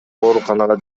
ооруканага